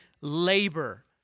labor